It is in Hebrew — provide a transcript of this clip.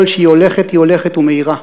כל שהיא הולכת היא הולכת ומאירה".